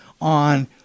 on